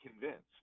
convinced